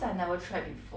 orh